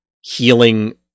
healing